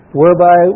whereby